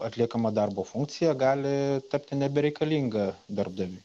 atliekama darbo funkcija gali tapti nebereikalinga darbdaviui